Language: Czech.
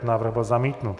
Návrh byl zamítnut.